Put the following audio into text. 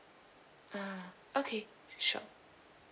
ah okay sure